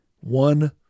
one